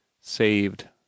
Saved